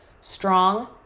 Strong